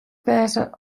wêze